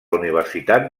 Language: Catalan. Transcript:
universitat